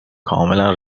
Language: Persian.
کاملا